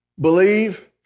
Believe